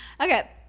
Okay